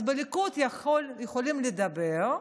אז בליכוד יכולים לדבר,